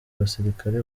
abasirikare